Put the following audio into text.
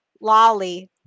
lolly